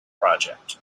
project